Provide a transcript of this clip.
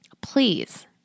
please